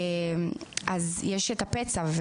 אז יש הפצע.